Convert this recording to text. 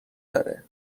داره